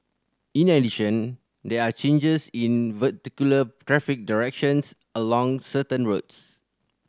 in addition there are changes in traffic direction along certain roads